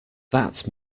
that